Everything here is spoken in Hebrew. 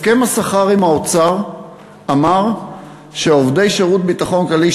הסכם השכר עם האוצר אמר שעובדי שירות ביטחון כללי,